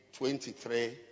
23